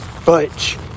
Butch